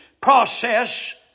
process